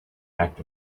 act